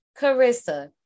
carissa